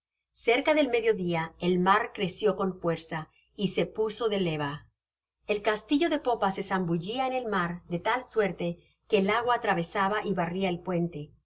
ca del medio dia el mar creció con fuerza y se puso de leva el castillo de popa se zambullia en el mar de tal suerte que el agua atravesaba y barría el puente